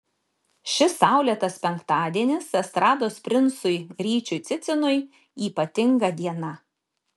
šis saulėtas penktadienis estrados princui ryčiui cicinui ypatinga diena